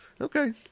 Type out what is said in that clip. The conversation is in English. Okay